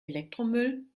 elektromüll